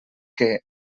que